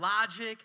logic